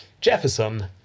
Jefferson